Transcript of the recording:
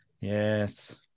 Yes